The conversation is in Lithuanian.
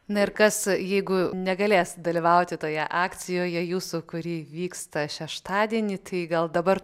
na ir kas jeigu negalės dalyvauti toje akcijoje jūsų kuri vyksta šeštadienį tai gal dabar